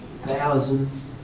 thousands